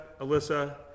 Alyssa